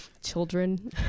children